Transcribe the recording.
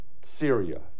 Syria